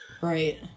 Right